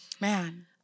Man